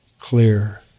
clear